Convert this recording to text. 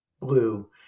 blue